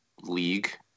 league